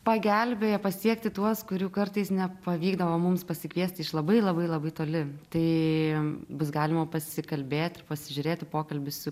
pagelbėję pasiekti tuos kurių kartais nepavykdavo mums pasikviesti iš labai labai labai toli tai bus galima pasikalbėt ir pasižiūrėti pokalbį su